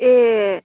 ए